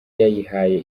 yayihaye